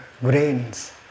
grains